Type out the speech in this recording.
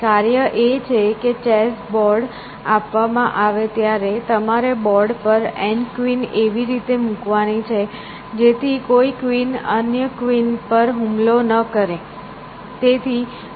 કાર્ય એ છે કે ચેસ બોર્ડ આપવામાં આવે ત્યારે તમારે બોર્ડ પર એન કવિન એવી રીતે મૂકવાની છે કે જેથી કોઈ કવિન અન્ય કોઈ કવિન પર હુમલો ન કરે